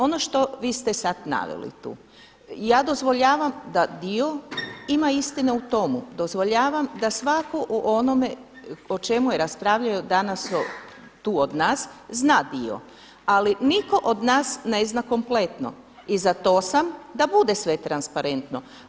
On što vi ste sada naveli tu, ja dozvoljavam da dio, ima istine u tomu, dozvoljavam da svako u onome o čemu i raspravljaju danas, tu od nas, zna dio, ali nitko od nas ne zna kompletno i za to sam da bude sve transparentno.